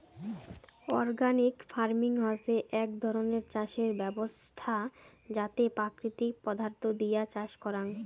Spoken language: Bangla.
অর্গানিক ফার্মিং হসে এক ধরণের চাষের ব্যবছস্থা যাতে প্রাকৃতিক পদার্থ দিয়া চাষ করাং